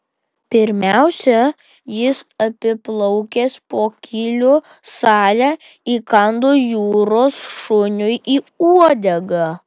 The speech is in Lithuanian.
pirmiausia jis apiplaukęs pokylių salę įkando jūros šuniui į uodegą